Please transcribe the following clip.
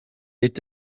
est